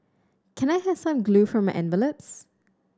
can I have some glue for my envelopes